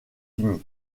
unis